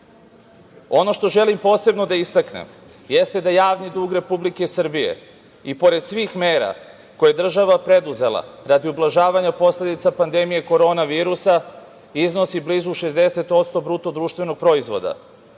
što želim posebno da istaknem jeste da javni dug Republike Srbije i pored svih mera koje je država preduzela radi ublažavanja posledica pandemije korona virusa iznosi blizu 60% BDP-a čime je država